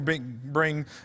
bring